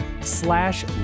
slash